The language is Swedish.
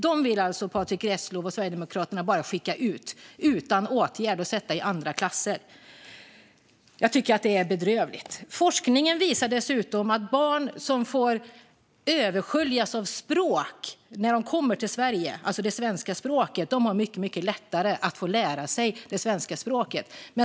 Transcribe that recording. Dem vill alltså Patrick Reslow och Sverigedemokraterna bara skicka ut utan åtgärd och sätta i andra klasser. Jag tycker att det är bedrövligt. Forskningen visar dessutom att barn som får översköljas av det svenska språket när de kommer till Sverige har mycket lättare att lära sig svenska.